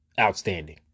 outstanding